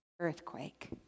earthquake